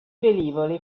velivoli